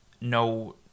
no